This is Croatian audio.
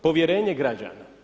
Povjerenje građana.